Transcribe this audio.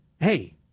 hey